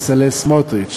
בצלאל סמוטריץ.